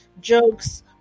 jokes